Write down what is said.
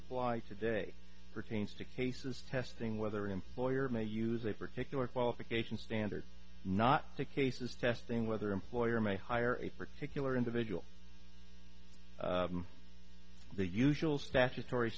apply today pertains to cases testing whether an employer may use a particular qualification standard not to cases testing whether employer may hire a particular individual the usual statutory